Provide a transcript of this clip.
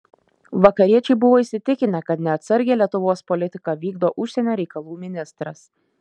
vakariečiai buvo įsitikinę kad neatsargią lietuvos politiką vykdo užsienio reikalų ministras